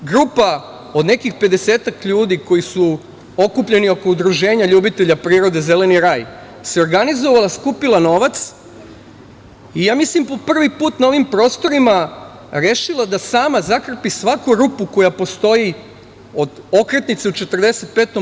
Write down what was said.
Grupa od nekih pedesetak ljudi koji su okupljeni oko Udruženja ljubitelja prirode „Zeleni raj“ se organizovala i skupila novac, i ja mislim po prvi put na ovim prostorima rešila da sama zakrpi svaku rupu koja postoji od okretnice u 45.